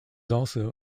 also